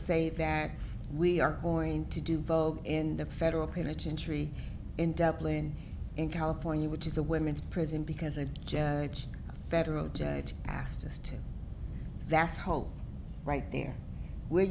say that we are going to do both in the federal penitentiary in dublin and california which is a women's prison because a judge a federal judge asked us to that's hope right there we'